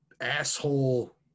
asshole